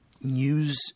news